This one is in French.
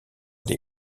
des